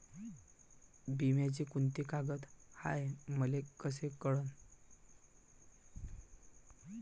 बिम्याचे कुंते फायदे हाय मले कस कळन?